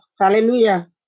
Hallelujah